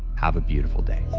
have a beautiful day